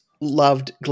loved